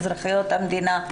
אזרחיות המדינה,